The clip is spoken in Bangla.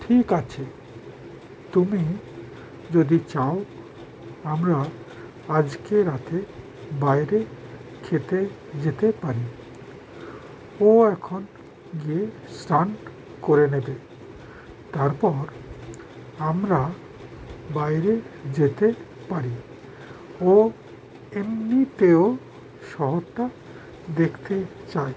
ঠিক আছে তুমি যদি চাও আমরা আজকে রাতে বাইরে খেতে যেতে পারি ও এখন গিয়ে স্নান করে নেবে তারপর আমরা বাইরে যেতে পারি ও এমনিতেও শহরটা দেখতে চায়